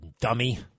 dummy